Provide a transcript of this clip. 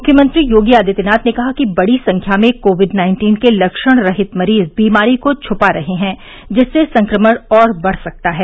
मुख्यमंत्री योगी आदित्यनाथ ने कहा कि बड़ी संख्या में कोविड नाइन्टीन के लक्षणरहित मरीज बीमारी को छ्पा रहे हैं जिससे संक्रमण और बढ़ सकता है